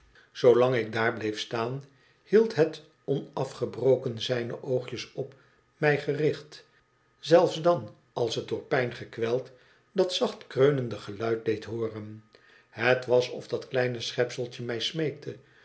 zoolang ik daar bleef staan hield het onafgebroken zijne oogjes op mij gericht zelfs dan als het door pijn gekweld dat zacht kreunende geluid deed hooren het was of dat kleine schepseltje mij smeekte